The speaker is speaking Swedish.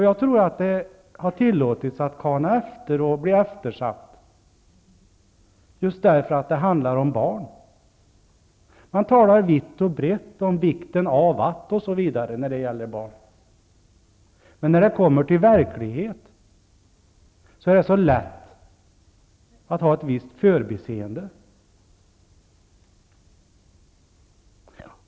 Jag tror att det har tillåtits bli eftersatt därför att det handlar om barn. Man talar vitt och brett om ''vikten av att'' osv., när det gäller barn. Men när det kommer till verkligheten blir det lätt ett visst förbiseende.